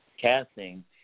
casting